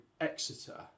Exeter